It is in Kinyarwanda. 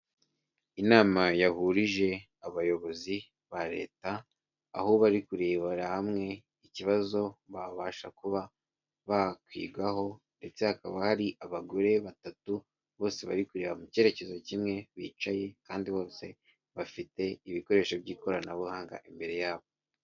Inama yahurije abayobozi ba leta, aho bari kurebera hamwe ikibazo babasha kuba bakwigaho ndetse hakaba hari abagore batatu bose bari kureba mu cyerekezo kimwe, bicaye kandi bose bafite ibikoresho by'ikoranabuhanga imbere yabo.